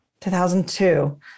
2002